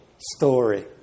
story